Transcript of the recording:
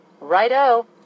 Righto